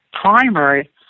primary